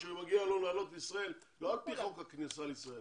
שמגיע לו לעלות לישראל לא על פי חוק הכניסה לישראל,